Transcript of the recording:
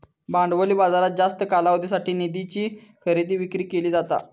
भांडवली बाजारात जास्त कालावधीसाठी निधीची खरेदी विक्री केली जाता